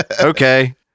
okay